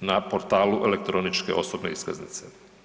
na portalu elektroničke osobne iskaznice.